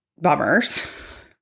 bummers